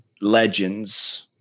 legends